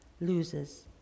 loses